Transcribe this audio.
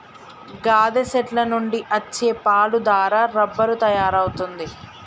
గాదె సెట్ల నుండి అచ్చే పాలు దారా రబ్బరు తయారవుతుంది